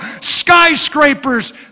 skyscrapers